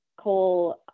coal